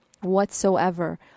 whatsoever